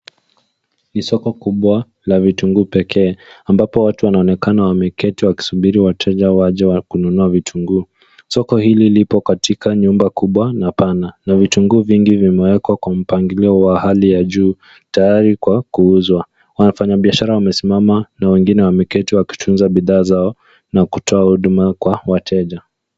Ni soko kubwa la vitunguu pekee ambapo wanaonekana wameketi wakisubiri wateja waje kununua vitunguu. Soko hili lipo katika nyumba kubwa na pana na vitunguu vingi vimewekwa kwa mpangilio wa hali ya juu tayari kwa kuuzwa. Wafanyabiashara wamesimama na wengine wameketi wakitunza bidhaa zao na kutoa huduma kwa wateja.